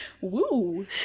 Woo